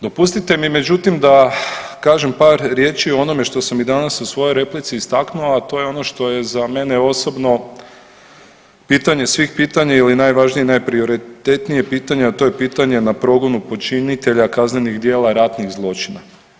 Dopustite mi međutim da kažem par riječi o onome što sam i danas u svojoj replici istaknuo, a to je ono što je za mene osobno pitanje svih pitanja ili najvažnije i najprioritetnije, a to je pitanje na progonu počinitelja kaznenih djela ratnih zločina.